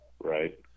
Right